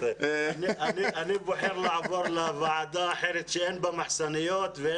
אני בוחר לעבור לוועדה אחרת שאין בה מחסניות.